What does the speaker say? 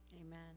amen